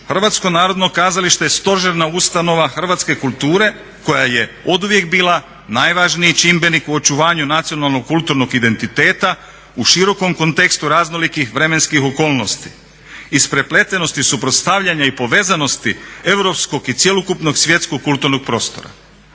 "Hrvatsko narodno kazalište je stožerna ustanova Hrvatske kulture koja je oduvijek bila najvažniji čimbenik u očuvanju nacionalnog kulturnog identiteta u širokom kontekstu raznolikih vremenskih okolnosti. Isprepletenost i suprotstavljanje i povezanosti europskog i cjelokupnog svjetskog kulturnog prostora.